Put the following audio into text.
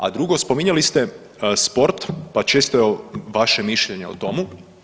A drugo, spominjali ste sport, pa čisto vaše mišljenje o tomu.